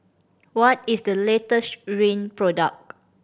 what is the latest Rene product